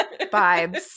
vibes